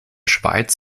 schweiz